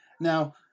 Now